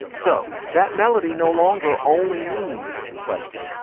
so that melody no longer only means question.